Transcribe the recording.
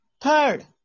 Third